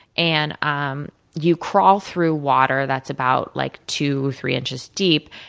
and, um you crawl through water that's about like two, three inches deep,